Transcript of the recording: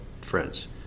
friends